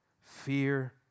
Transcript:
Fear